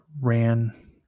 ran